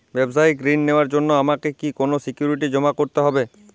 ব্যাবসায়িক ঋণ নেওয়ার জন্য আমাকে কি কোনো সিকিউরিটি জমা করতে হবে?